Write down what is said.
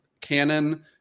canon